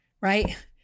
right